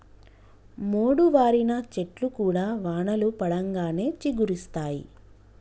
మోడువారిన చెట్లు కూడా వానలు పడంగానే చిగురిస్తయి